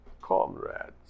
comrades